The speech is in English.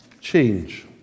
change